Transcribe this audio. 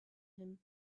him